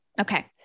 Okay